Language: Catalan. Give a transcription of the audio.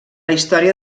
història